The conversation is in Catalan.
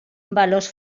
valors